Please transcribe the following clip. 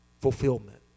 fulfillment